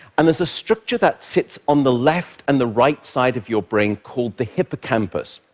and there's a structure that sits on the left and the right side of your brain, called the hippocampus.